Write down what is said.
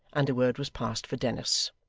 and the word was passed for dennis.